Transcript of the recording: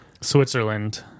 Switzerland